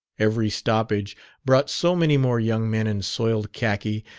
every stoppage brought so many more young men in soiled khaki,